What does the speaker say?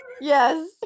Yes